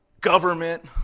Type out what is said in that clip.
government